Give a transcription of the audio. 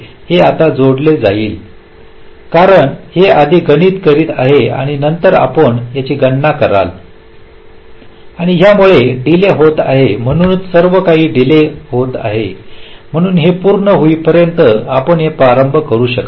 हे आता जोडले जाईल कारण हे आधी गणित करीत आहे आणि नंतर आपण याची गणना कराल आणि यामुळे डीले होत आहे म्हणून सर्व काही डीले होत आहे म्हणून हे पूर्ण होईपर्यंत आपण हे प्रारंभ करू शकत नाही